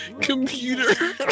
computer